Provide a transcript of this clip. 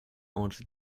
aunt